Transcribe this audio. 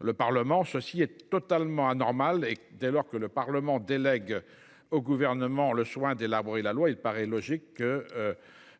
l’avaient été, ce qui est totalement anormal. Dès lors que le Parlement délègue au Gouvernement le soin d’élaborer la loi, il paraît logique que